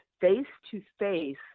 face-to-face